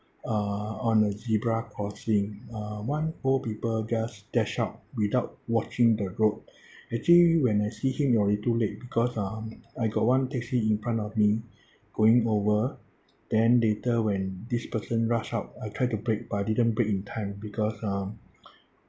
uh on the zebra crossing uh one old people just dash out without watching the road actually when I see him it already too late because uh I got one taxi in front of me going over then later when this person rush out I try to brake but didn't brake in time because um